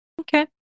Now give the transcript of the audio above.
Okay